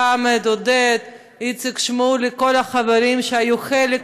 חמד, עודד, איציק שמולי, כל החברים שהיו חלק